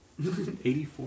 84